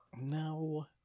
No